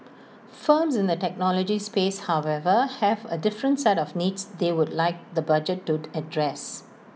firms in the technology space however have A different set of needs they would like the budget to address